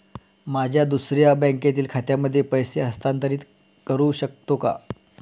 माझ्या दुसऱ्या बँकेतील खात्यामध्ये पैसे हस्तांतरित करू शकतो का?